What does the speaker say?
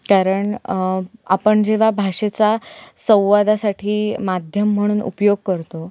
कारण आपण जेव्हा भाषेचा संवादासाठी माध्यम म्हणून उपयोग करतो